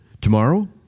Tomorrow